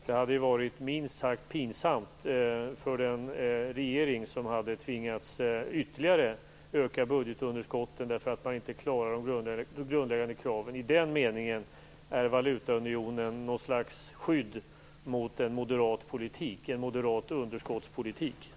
Det skulle minst sagt vara pinsamt för den regering som skulle tvingas öka budgetunderskottet ytterligare, därför att man inte klarade de grundläggande kraven. I den meningen är valutaunionen något slags skydd mot en moderat politik, en moderat underskottspolitik.